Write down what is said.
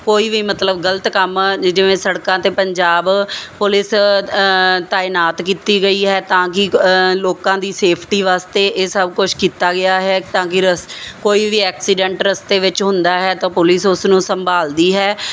ਕੋਈ ਵੀ ਮਤਲਬ ਗਲਤ ਕੰਮ ਜਿਵੇਂ ਸੜਕਾਂ ਤੇ ਪੰਜਾਬ ਪੁਲਿਸ ਤਾਇਨਾਤ ਕੀਤੀ ਗਈ ਹੈ ਤਾਂ ਕਿ ਲੋਕਾਂ ਦੀ ਸੇਫਟੀ ਵਾਸਤੇ ਇਹ ਸਭ ਕੁਝ ਕੀਤਾ ਗਿਆ ਹੈ ਤਾਂ ਕਿ ਰਸ ਕੋਈ ਵੀ ਐਕਸੀਡੈਂਟ ਰਸਤੇ ਵਿੱਚ ਹੁੰਦਾ ਹੈ ਤਾਂ ਪੁਲਿਸ ਉਸਨੂੰ ਸੰਭਾਲਦੀ ਹੈ